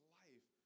life